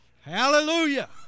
Hallelujah